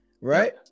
right